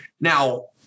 Now